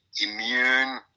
immune